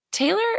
Taylor